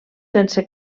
sense